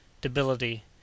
Debility